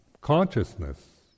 consciousness